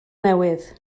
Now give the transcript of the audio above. newydd